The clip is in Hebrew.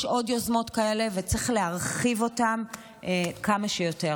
יש עוד יוזמות כאלה, וצריך להרחיב אותן כמה שיותר.